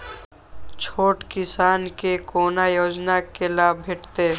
छोट किसान के कोना योजना के लाभ भेटते?